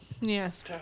Yes